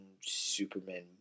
Superman